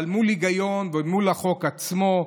אבל מול היגיון ומול החוק עצמו.